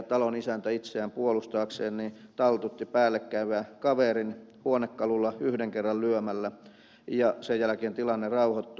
talon isäntä itseään puolustaakseen taltutti päällekäyvän kaverin huonekalulla yhden kerran lyömällä ja sen jälkeen tilanne rauhoittui